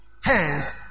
Hence